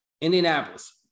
Indianapolis